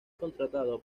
contratado